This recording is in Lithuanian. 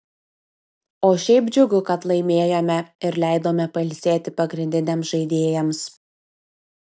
o šiaip džiugu kad laimėjome ir leidome pailsėti pagrindiniams žaidėjams